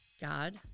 God